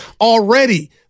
already